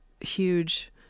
huge